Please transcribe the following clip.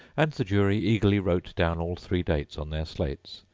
and the jury eagerly wrote down all three dates on their slates,